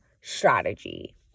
strategy